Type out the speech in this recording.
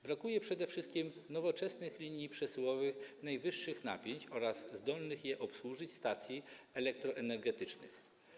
Brakuje przede wszystkim nowoczesnych linii przesyłowych najwyższych napięć oraz zdolnych je obsłużyć stacji elektroenergetycznych.